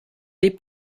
les